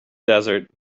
desert